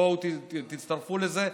בואו תצטרפו לזה,